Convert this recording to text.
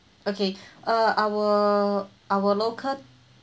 okay uh our our local